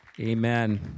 Amen